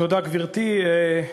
תודה, גברתי.